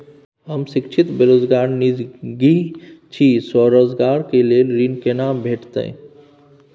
हम शिक्षित बेरोजगार निजगही छी, स्वरोजगार के लेल ऋण केना भेटतै?